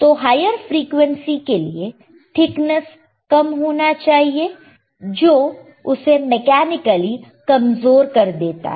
तो higher frequency के लिए थिकनस कम होना चाहिए जो उसे मेकैनिकली कमजोर कर देता है